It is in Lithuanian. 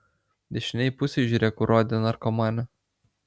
dešinėj pusėj žiūrėk urode narkomane